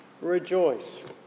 Rejoice